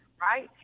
Right